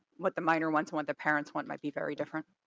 what the minor ones want the parents want might be very different.